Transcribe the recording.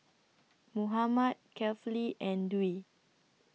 Muhammad Kefli and Dwi